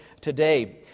today